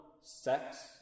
sex